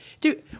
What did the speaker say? dude